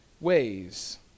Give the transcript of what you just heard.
ways